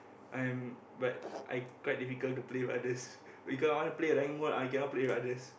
I am but I quite difficult to play with others because I want to play rank mode I cannot play with others